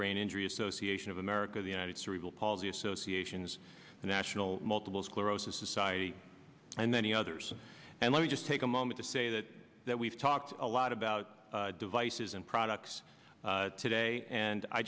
brain injury association of america the united cerebral palsy associations the national multiple sclerosis society and then the others and let me just take a moment to say that that we've talked a lot about devices and products today and i